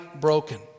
broken